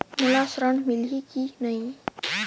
मोला ऋण मिलही की नहीं?